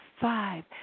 five